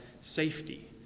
safety